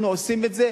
אנחנו עושים את זה,